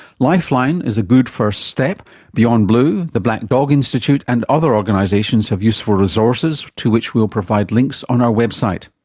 lifeline is a good first step, and beyond blue, the black dog institute and other organisations have useful resources to which we'll provide links on our website.